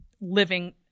living